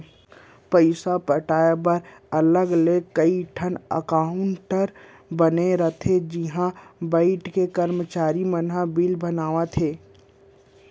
पइसा पटाए बर अलग ले कइ ठन काउंटर बने रथे जिहॉ बइठे करमचारी मन बिल बनाथे